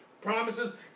promises